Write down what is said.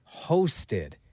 hosted